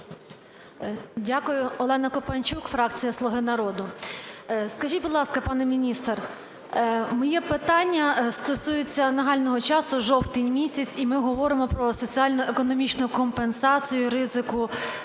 Дякую. Олена Копанчук, фракція "Слуга народу". Скажіть, будь ласка, пане міністр, моє питання стосується нагального часу, жовтень місяць і ми говоримо про соціально-економічну компенсацію ризику